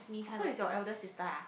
orh so is your elder sister ah